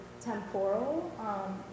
temporal